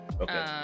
Okay